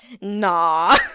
nah